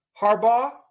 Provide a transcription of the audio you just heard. Harbaugh